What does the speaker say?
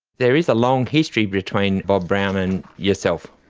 there is a long history between bob brown and yourself.